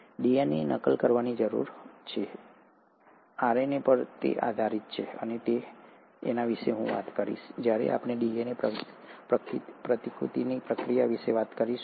ડીએનએને નકલ કરવાની જરૂર છે તે આરએનએ પર આધારિત છે અને હું આ વિશે વાત કરીશ જ્યારે આપણે ડીએનએ પ્રતિકૃતિની પ્રક્રિયા વિશે વાત કરીશું